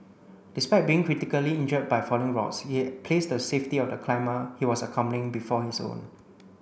despite being critically injured by falling rocks he placed the safety of the climber he was accompanying before his own